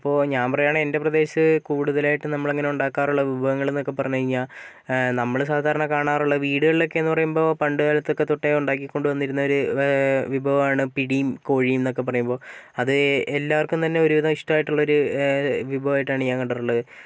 ഇപ്പോൾ ഞാൻ പറയാണ് എൻറ്റെ പ്രദേശത്ത് കൂടുതലായിട്ടും നമ്മൾ അങ്ങനെ ഉണ്ടാക്കാറുള്ള വിഭവങ്ങൾ എന്നൊക്കെ പറഞ്ഞു കഴിഞ്ഞാൽ നമ്മൾ സാധാരണ കാണാറുള്ള വീടുകളിലൊക്കെന്ന് പറയുമ്പോൾ പണ്ട് കാലത്തൊക്കെതൊട്ടേ ഉണ്ടാക്കികൊണ്ട് വന്നിരുന്നൊരു വിഭവമാണ് പിടീം കോഴീംന്നൊക്കെ പറയുമ്പോൾ അതെല്ലാർക്കുംതന്നെ ഒരുവിധം ഇഷ്ടമായിട്ടുള്ളൊരു വിഭവമായിട്ടാണ് ഞാൻ കണ്ടിട്ടുള്ളത്